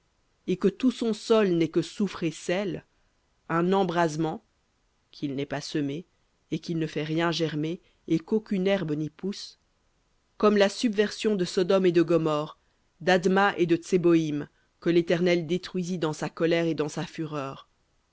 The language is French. et que tout son sol n'est que soufre et sel un embrasement qu'il n'est pas semé et qu'il ne fait rien germer et qu'aucune herbe n'y pousse comme la subversion de sodome et de gomorrhe d'adma et de tseboïm que l'éternel détruisit dans sa colère et dans sa fureur